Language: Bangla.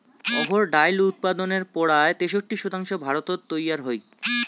অহর ডাইল উৎপাদনের পরায় তেষট্টি শতাংশ ভারতত তৈয়ার হই